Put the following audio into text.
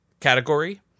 category